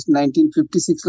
1956